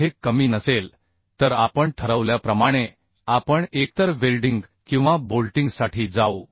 जर हे कमी नसेल तर आपण ठरवल्याप्रमाणे आपण एकतर वेल्डिंग किंवा बोल्टिंगसाठी जाऊ